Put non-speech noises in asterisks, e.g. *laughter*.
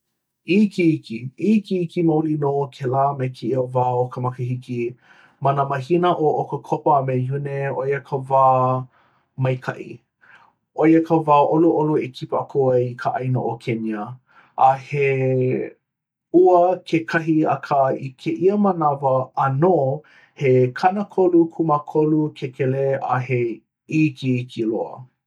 ikiiki. ikiiki maoli nō kēlā me kēia wā o ka makahiki. Ma nā mahina ʻo ʻOkakopa a me Iune ʻoia ka wā *hesitation* maikaʻi. ʻoia ka wā ʻoluʻolu e kipa aku ai i ka ʻāina ʻo kenya. A he *hesitation* ua kekahi akā i kēia manawa ʻānō he kanaonokūmākolu kekelē a he ikiiki loa.